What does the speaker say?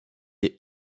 est